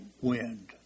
wind